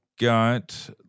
got